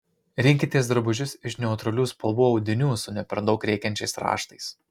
rinkitės drabužius iš neutralių spalvų audinių su ne per daug rėkiančiais raštais